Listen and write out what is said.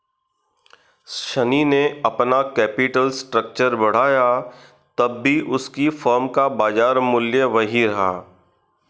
शनी ने अपना capital structure बढ़ाया तब भी उसकी फर्म का बाजार मूल्य वही रहा